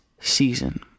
season